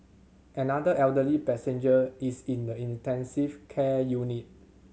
another elderly passenger is in the intensive care unit